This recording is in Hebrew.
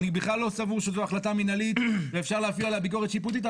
אני בכלל לא סבור שזו החלטה מנהלית ואפשר להפעיל עליה ביקורת שיפוטית,